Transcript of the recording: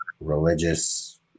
religious